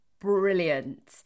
brilliant